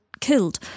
killed